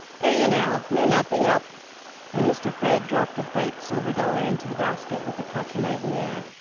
pay you now, may not be up and mr. fred dropped a bright silver dollar into the basket with a patronizing air,